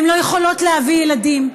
הן לא יכולות להביא ילדים.